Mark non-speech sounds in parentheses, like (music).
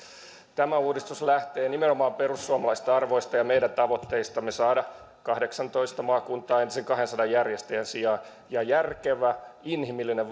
tämä uudistus lähtee nimenomaan perussuomalaisten arvoista ja meidän tavoitteistamme saada kahdeksantoista maakuntaa entisen kahdensadan järjestäjän sijaan ja järkevä inhimillinen (unintelligible)